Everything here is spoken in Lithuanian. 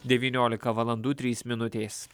devyniolika valandų trys minutės